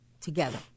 together